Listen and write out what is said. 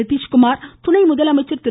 நிதிஷ்குமார் துணைமுதலமைச்சர் திரு